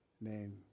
name